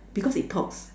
because it talks